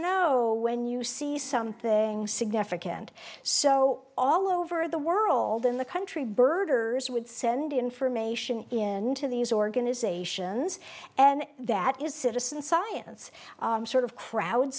know when you see something significant so all over the world in the country birders would send information in to these organisations and that is citizen science sort of